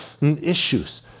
issues